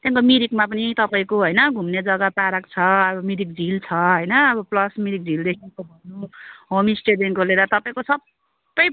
त्यहाँदेखिको मिरिकमा पनि तपाईँको होइन घुम्ने जग्गा पार्क छ अब मिरिक झिल छ होइन अब प्लस मिरिक झिलदेखिको भयो होमस्टेदेखिको लिएर तपाईँको सबै